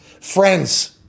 friends